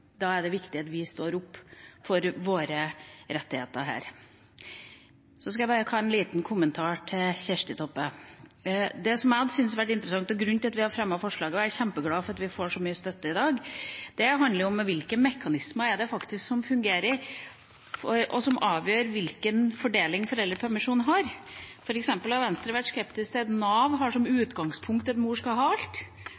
Da er det viktig at vi står opp for våre rettigheter her. Så har jeg bare en liten kommentar til Kjersti Toppe. Det jeg hadde syntes hadde vært interessant, og grunnen til at vi har fremmet forslaget – og jeg er kjempeglad for at vi får så mye støtte i dag – det handler om hvilke mekanismer det faktisk er som fungerer, og som avgjør hvilken fordeling foreldrepermisjonen får. For eksempel har Venstre vært skeptisk til at Nav har som